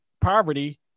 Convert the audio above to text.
poverty